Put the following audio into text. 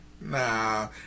Nah